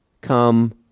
come